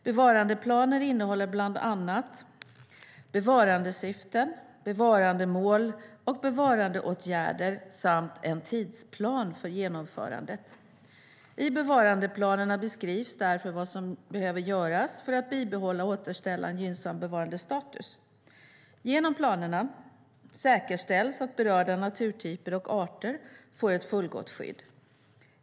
Bevarandeplaner innehåller bland annat bevarandesyften, bevarandemål och bevarandeåtgärder samt en tidsplan för genomförandet. I bevarandeplanerna beskrivs därför vad som behöver göras för att bibehålla och återställa en gynnsam bevarandestatus. Genom planerna säkerställs att berörda naturtyper och arter får ett fullgott skydd.